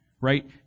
right